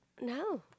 No